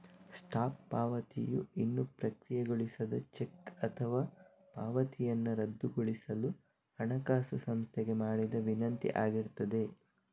stop ಪಾವತಿಯು ಇನ್ನೂ ಪ್ರಕ್ರಿಯೆಗೊಳಿಸದ ಚೆಕ್ ಅಥವಾ ಪಾವತಿಯನ್ನ ರದ್ದುಗೊಳಿಸಲು ಹಣಕಾಸು ಸಂಸ್ಥೆಗೆ ಮಾಡಿದ ವಿನಂತಿ ಆಗಿರ್ತದೆ